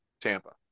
Tampa